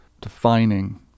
defining